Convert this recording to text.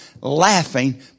laughing